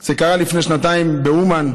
זה קרה לפני שנתיים באומן,